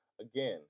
again